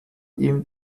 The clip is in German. ihm